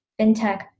fintech